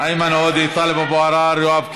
איימן עודה, טלב אבו עראר, יואב קיש,